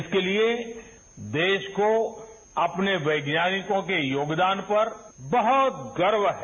इसके लिए देष को अपने वैज्ञानिकों के योगदान पर बहुत गर्व है